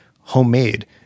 homemade